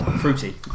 Fruity